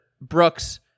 Brooks